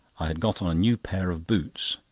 i had got on a new pair of boots.